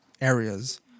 areas